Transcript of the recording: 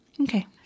okay